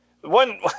one